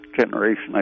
generation